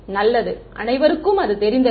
நல்லது அனைவருக்கும் அது தெரிந்ததே